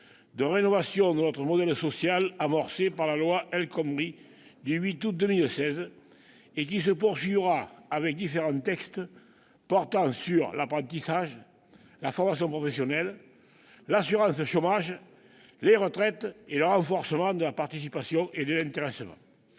la rénovation de notre modèle social amorcée par la loi El Khomri du 8 août 2016, qui se poursuivra au travers de différents textes portant sur l'apprentissage, la formation professionnelle, l'assurance chômage, les retraites et le renforcement de la participation et de l'intéressement.